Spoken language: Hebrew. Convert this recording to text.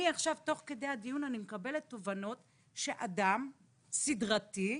תוך כדי הדיון אני מקבלת תובענות שאדם סדרתי,